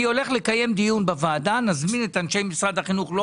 אני הולך לקיים דיון בוועדה אליו נזמין את אנשי משרד החינוך.